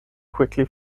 quickly